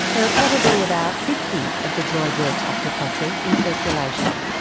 there are probably about fifty of the droidworx octocopters in circulation.